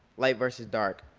light versus dark,